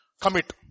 Commit